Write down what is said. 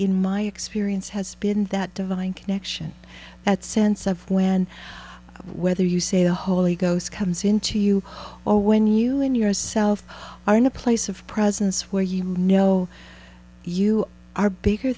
in my experience has been that divine connection that sense of when whether you say the holy ghost comes into you or when you in yourself are in a place of presence where you know you are bigger